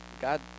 God